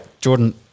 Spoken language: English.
Jordan